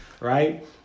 right